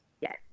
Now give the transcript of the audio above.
Yes